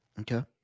Okay